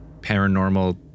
paranormal